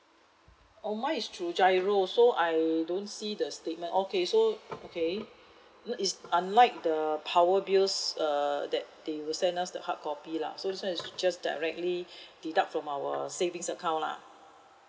oh mine is through GIRO so I don't see the statement okay so okay uh is unlike the power bills err that they will send us the hardcopy lah so this one is just directly deduct from our savings account lah